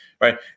right